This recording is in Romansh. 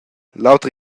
l’autra